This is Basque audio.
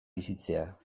bizitzea